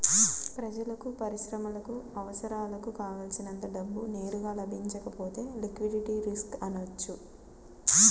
ప్రజలకు, పరిశ్రమలకు అవసరాలకు కావల్సినంత డబ్బు నేరుగా లభించకపోతే లిక్విడిటీ రిస్క్ అనవచ్చు